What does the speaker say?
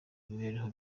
imibereho